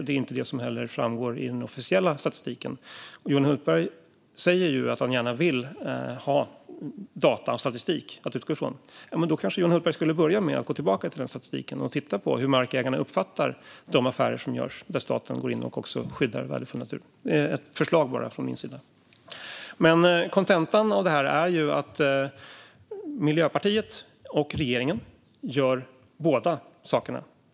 Det är inte heller det som framgår av den officiella statistiken. Johan Hultberg säger att han gärna vill ha data och statistik att utgå från. Då ska Johan Hultberg kanske börja med att gå tillbaka till den statistiken och titta på hur markägarna uppfattar de affärer som görs när staten går in och skyddar värdefull natur. Det är bara ett förslag från mig. Kontentan är att Miljöpartiet och regeringen gör båda sakerna.